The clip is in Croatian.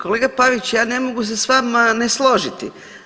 Kolega Pavić ja ne mogu se s vama ne složiti.